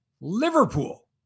Liverpool